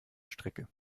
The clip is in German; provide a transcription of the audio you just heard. strecke